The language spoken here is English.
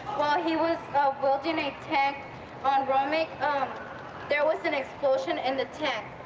while he was welding a tank on romic, um there was an explosion in the tank.